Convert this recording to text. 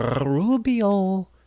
Rubio